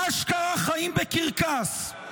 אשכרה, חיים בקרקס.